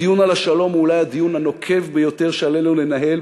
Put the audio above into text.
הדיון על השלום הוא אולי הדיון הנוקב ביותר שעלינו לנהל,